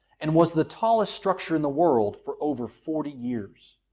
and was the tallest structure in the world for over forty years.